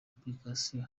application